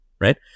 right